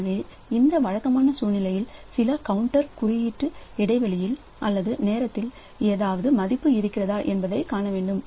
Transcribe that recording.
எனவே இந்த வழக்கமான சூழ்நிலையில் சில கவுண்டர்களை குறிப்பிட்ட இடைவெளியில் அல்லது நேரத்தில் ஏதாவது மதிப்பு இருக்கிறதா என்பதை காண வேண்டும்